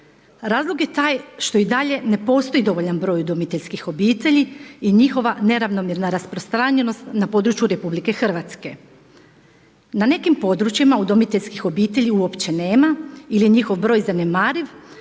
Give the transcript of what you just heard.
Razlog je taj što i dalje ne postoji dovoljan broj udomiteljskih obitelji i njihova neravnomjerna rasprostranjenost na području Republike Hrvatske. Na nekim područjima udomiteljskih obitelji uopće nema ili je njihov broj zanemariv,